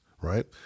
right